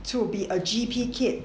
to be a G_P kid